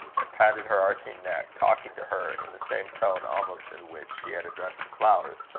and patted her arching neck, talking to her in the same tone almost in which she had addressed the flowers.